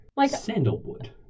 Sandalwood